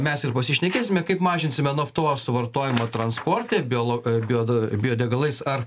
mes ir pasišnekėsime kaip mažinsime naftos suvartojimo transporte biolog biode biodegalais ar